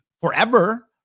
forever